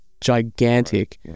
gigantic